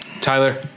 tyler